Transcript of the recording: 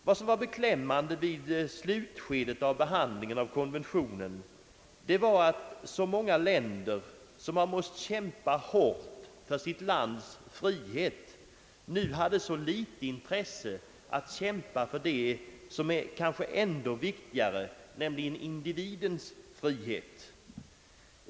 Vad som var beklämmande vid slutskedet av behandlingen av konventionen var att många länder som måst kämpa hårt för sin frihet nu hade så litet intresse att kämpa för det som kanske är ännu viktigare, nämligen individens frihet.